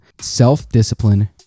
Self-discipline